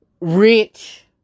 rich